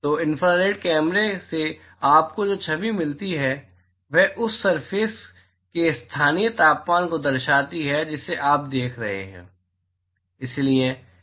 तो इंफ्रारेड कैमरे से आपको जो छवि मिलती है वह उस सरफेस के स्थानीय तापमान को दर्शाती है जिसे आप देख रहे हैं